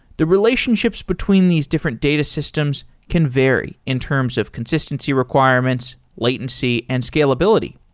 the relationships between these different data systems can vary in terms of consistency requirements, latency and scalability.